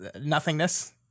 nothingness